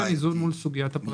מול סוגיית הפרטיות.